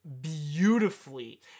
beautifully